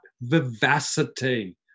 vivacity